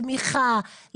תמיכה,